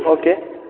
okay